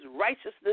righteousness